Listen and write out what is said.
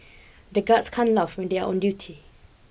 the guards can't laugh when they are on duty